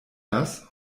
das